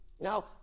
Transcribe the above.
Now